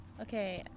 okay